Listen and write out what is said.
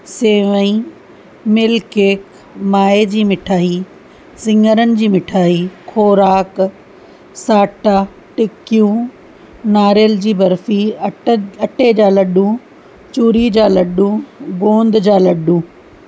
सेवईं milk cake माए जी मिठाई सिङरन जी मिठाई खोराक साटा टिकियूं नारेल जी बर्फी अट अटे जा लॾूं चूरी जा लॾूं गोंद जा लॾूं